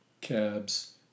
cabs